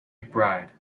mcbride